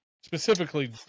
Specifically